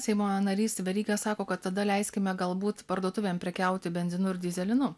seimo narys veryga sako kad tada leiskime galbūt parduotuvėm prekiauti benzinu ir dyzelinu